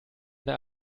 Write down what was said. der